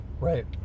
Right